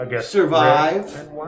survive